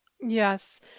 Yes